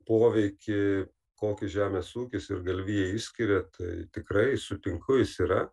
poveikį kokį žemės ūkis ir galvijai išskiria tai tikrai sutinku jis yra